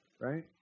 right